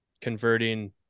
converting